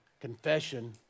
Confession